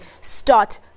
start